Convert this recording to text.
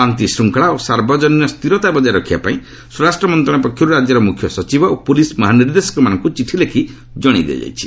ଶାନ୍ତିଶୃଙ୍ଗଳା ଓ ସାର୍ବଜନୀନ ସ୍ଥିରତା ବଜାୟ ରଖିବା ପାଇଁ ସ୍ୱରାଷ୍ଟ୍ର ମନ୍ତ୍ରଣାଳୟ ପକ୍ଷରୁ ରାଜ୍ୟର ମୁଖ୍ୟ ସଚିବ ଓ ପ୍ରଲିସ୍ ମହାନିର୍ଦ୍ଦେଶକମାନଙ୍କୁ ଚିଠି ଲେଖି ଜଶାଇ ଦିଆଯାଇଛି